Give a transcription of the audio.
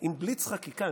עם בליץ חקיקה,